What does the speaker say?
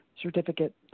certificate